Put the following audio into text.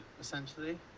essentially